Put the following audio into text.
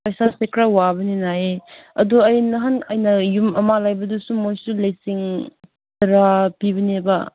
ꯄꯩꯁꯥꯁꯦ ꯈꯔ ꯋꯥꯕꯅꯤꯅ ꯑꯩ ꯑꯗꯨ ꯑꯩ ꯅꯍꯥꯟ ꯑꯩꯅ ꯌꯨꯝ ꯑꯃ ꯂꯩꯕꯗꯨꯁꯨ ꯃꯈꯣꯏꯁꯨ ꯂꯤꯁꯤꯡ ꯇꯔꯥ ꯄꯤꯕꯅꯦꯕ